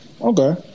Okay